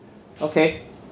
okay